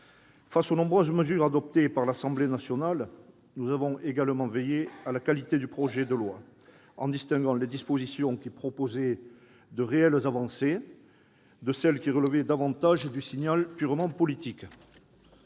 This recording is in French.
Face aux nombreuses mesures adoptées par l'Assemblée nationale, nous avons également veillé à la qualité du projet de loi, en distinguant les dispositions qui contenaient de réelles avancées de celles qui relevaient davantage d'un signal purement politique.